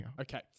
Okay